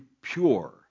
pure